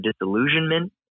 disillusionment